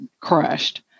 crushed